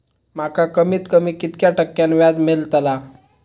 माका कमीत कमी कितक्या टक्क्यान व्याज मेलतला?